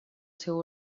seu